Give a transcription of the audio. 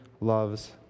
loves